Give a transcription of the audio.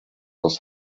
als